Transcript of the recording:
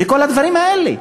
וכל הדברים האלה.